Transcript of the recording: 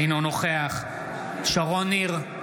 אינו נוכח שרון ניר,